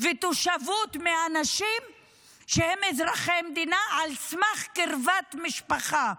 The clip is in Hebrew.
ותושבות מאנשים שהם אזרחי המדינה על סמך קרבת משפחה.